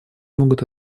могут